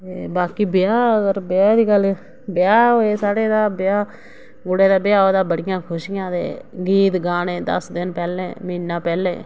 बाकी ब्याह् अगर ब्याह दी गल्ल ते ब्याह् होऐ साढ़े ते ब्याह् मुड़े दा ब्याह् होऐ ते बड़ियां खुशियां गीत गाने दस्स दिन पैह्लें म्हीना पैह्लें